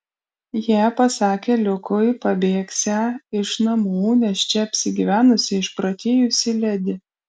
jie pasakė liukui pabėgsią iš namų nes čia apsigyvenusi išprotėjusi ledi